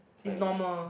is normal